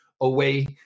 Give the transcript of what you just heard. away